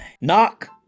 Knock